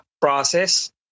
process